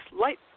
light